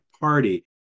Party